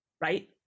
right